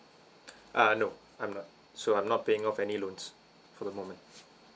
uh no I'm not so I'm not paying off any loans for the moment